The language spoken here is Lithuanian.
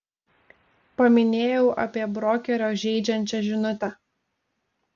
paminėjau apie brokerio žeidžiančią žinutę